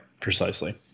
precisely